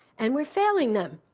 and we are failing them.